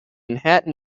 manhattan